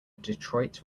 detroit